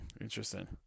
Interesting